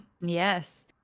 yes